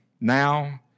now